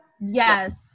Yes